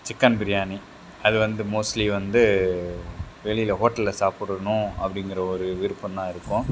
chicken biryani அது வந்து mostly வந்து வெளியில் ஹோட்டலில் சாப்பிடணும் அப்படிங்கிற ஒரு விருப்பந்தாயிருக்கும்